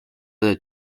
the